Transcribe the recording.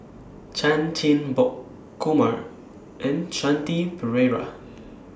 Chan Chin Bock Kumar and Shanti Pereira